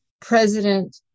president